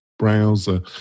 browser